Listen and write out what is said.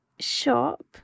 shop